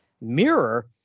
mirror